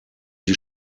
die